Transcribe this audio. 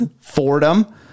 Fordham